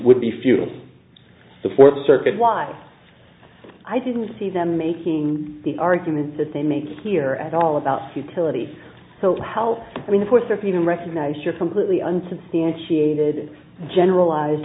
would be futile the fourth circuit why i didn't see them making the arguments that they make clear at all about futility so how i mean of course if you can recognize your completely unsubstantiated generalized